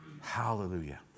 Hallelujah